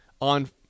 on